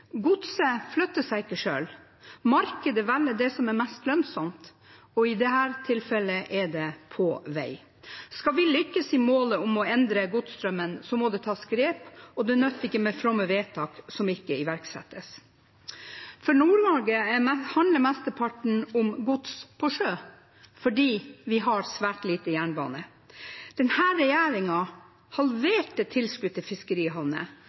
Godset flytter seg ikke selv, og markedet velger det mest lønnsomme. I dette tilfellet er det på veiene. Skal vi lykkes i å nå målet om å endre godsstrømmen, må det tas grep, og det nytter ikke med fromme vedtak som ikke iverksettes. For Nord-Norge handler mesteparten om gods på sjø, for vi har svært lite jernbane. Denne regjeringen halverte tilskuddet til fiskerihavner,